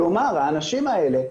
כלומר האנשים האלה,